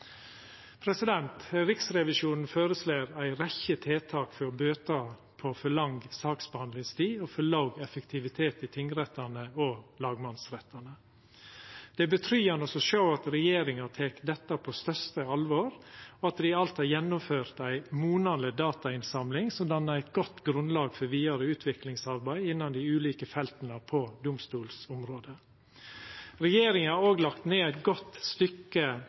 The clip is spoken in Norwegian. Riksrevisjonen føreslår ei rekkje tiltak for å bøta på for lang saksbehandlingstid og for låg effektivitet i tingrettane og lagmannsrettane. Det er tryggjande å sjå at regjeringa tek dette på største alvor, og at det alt er gjennomført ei monaleg datainnsamling som dannar eit godt grunnlag for vidare utviklingsarbeid innan dei ulike felta på domstolsområdet. Regjeringa har òg lagt ned eit godt stykke